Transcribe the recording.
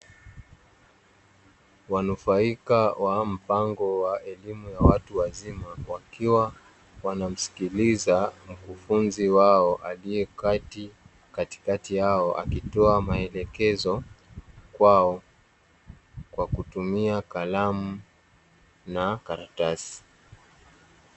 Wanufaika wa mpango wa elimu ya watu wazima, wakiwa wanamsikiliza mkufunzi wao aliyekatikati yao, akitoa maelekezo kwao, kwa kutumia kalamu na karatasi.